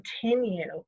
continue